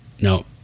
no